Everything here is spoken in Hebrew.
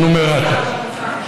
הנומרטור.